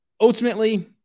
ultimately